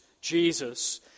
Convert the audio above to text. Jesus